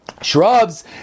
Shrubs